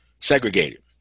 segregated